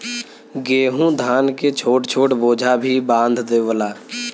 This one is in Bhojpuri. गेंहू धान के छोट छोट बोझा भी बांध देवला